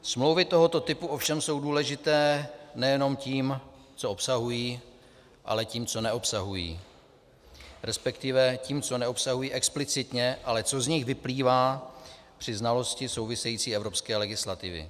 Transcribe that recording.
Smlouvy tohoto typu jsou ovšem důležité nejenom tím, co obsahují, ale tím, co neobsahují, resp. tím, co neobsahují explicitně, ale co z nich vyplývá při znalosti související evropské legislativy.